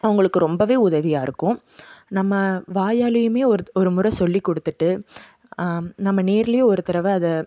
அவங்களுக்கு ரொம்பவே உதவியாக இருக்கும் நம்ம வாயாலேயுமே ஒருத் ஒரு முறை சொல்லி கொடுத்துட்டு நம்ம நேர்லையும் ஒரு தடவை அதை